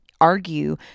Argue